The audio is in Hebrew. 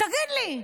תגיד לי,